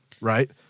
right